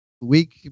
week